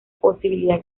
posibilidad